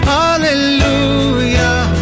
Hallelujah